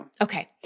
Okay